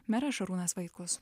meras šarūnas vaitkus